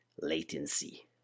latency